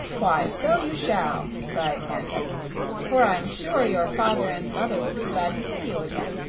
why, so you shall! cried santa for i'm sure your father and mother will be glad to see you again.